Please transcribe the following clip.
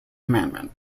commandment